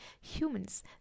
humans